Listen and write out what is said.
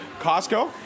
Costco